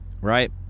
right